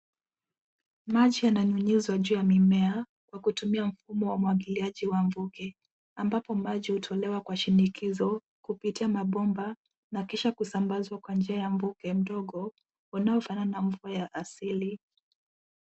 Maji yananyunyizwa juu ya mimea kwa kutumia mfumo wa umwagiliaji wa mvuke ambapo maji hutolewa kwa shinikizo kupitia mabomba na kisha kusambazwa kwa njia ya mvuke mdogo unafanana na mvua ya asili.